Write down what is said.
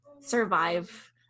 survive